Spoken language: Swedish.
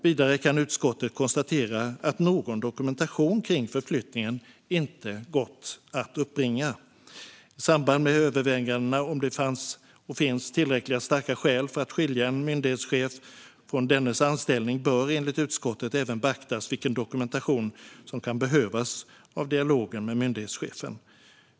Vidare kan utskottet konstatera att någon dokumentation kring förflyttningen inte gått att uppbringa. I samband med övervägandena om det fanns och finns tillräckliga och starka skäl för att skilja en myndighetschef från dennes anställning bör, enligt utskottet, även beaktas vilken dokumentation som kan behövas av dialogen med myndighetschefen.